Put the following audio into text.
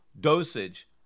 dosage